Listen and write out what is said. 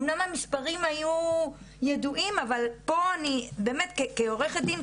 אמנם המספרים היו ידועים אבל פה אני כעורכת דין,